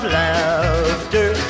laughter